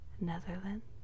Netherlands